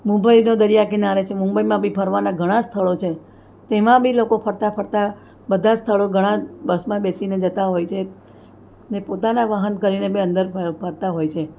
મુંબઈ તો દરિયાકિનારે છે મુંબઇમાં બી ફરવાના ઘણાં સ્થળો છે તેમાં બી લોકો ફરતાં ફરતાં બધા સ્થળો ઘણાં બસમાં બેસીને જતાં હોય છે ને પોતાના વાહન કરીને બી અંદર ફરતા હોય છે